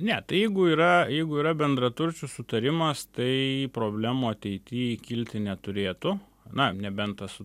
ne tai jeigu yra jeigu yra bendraturčių sutarimas tai problemų ateity kilti neturėtų na nebent tas su